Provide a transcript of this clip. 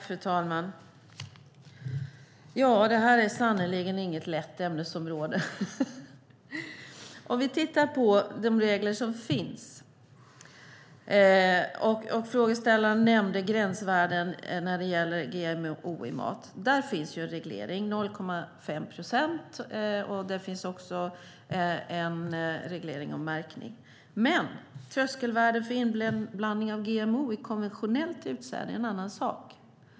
Fru talman! Det här är sannerligen inget lätt ämnesområde. Låt oss titta på de regler som finns. Interpellanten nämnde gränsvärden för GMO i mat. Där finns en reglering, 0,5 procent. Det finns också en reglering för märkning. Men tröskelvärden för inblandning av GMO i konventionellt utsäde är en annan sak.